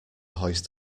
hoist